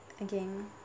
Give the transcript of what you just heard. Again